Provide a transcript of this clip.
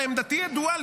הרי עמדתי ידועה.